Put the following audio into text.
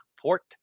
Port